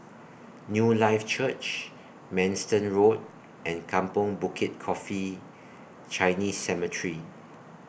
Newlife Church Manston Road and Kampong Bukit Coffee Chinese Cemetery